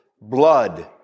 blood